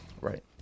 Right